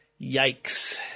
Yikes